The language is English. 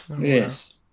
yes